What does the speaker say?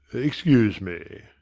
excuse me